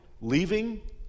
Leaving